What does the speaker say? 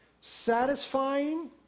satisfying